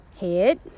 head